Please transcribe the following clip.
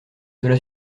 cela